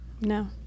No